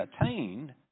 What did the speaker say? attained